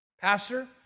Pastor